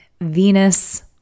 Venus